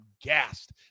gassed